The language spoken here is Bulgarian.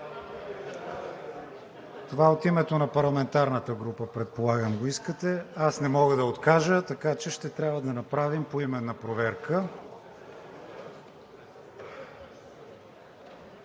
Това от името на парламентарната група, предполагам, го искате. Аз не мога да откажа, така че ще трябва да направим поименна проверка.